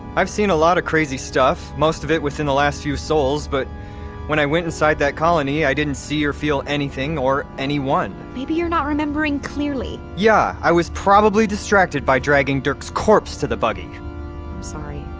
i've seen a lot of crazy stuff, most of it within the last few sols, but when i went inside that colony, i didn't see or feel anything or anyone maybe you're not remembering clearly yeah, i was probably distracted by dragging dirk's corpse to the buggy i'm sorry.